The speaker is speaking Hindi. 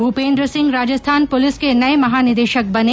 भूपेन्द्र सिंह राजस्थान पुलिस के नए महानिदेशक बने